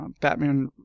batman